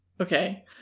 okay